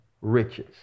riches